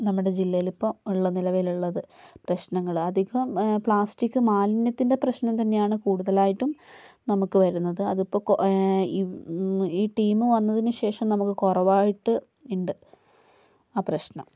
നമ്മുടെ ജില്ലയില് ഇപ്പോൾ ഉള്ള നിലവിലുള്ളത് പ്രശ്നങ്ങള് അധികം പ്ലാസ്റ്റിക് മാലിന്യത്തിൻ്റെ പ്രശ്നം തന്നെയാണ് കൂടുതലായിട്ടും നമുക്ക് വരുന്നത് അതിപ്പോൾ കൊ ഇവ് ഈ ടീമ് വന്നതിനുശേഷം നമുക്ക് കുറവായിട്ട് ഉണ്ട് ആ പ്രശ്നം